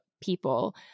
people